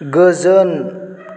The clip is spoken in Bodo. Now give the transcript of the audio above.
गोजोन